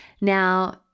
Now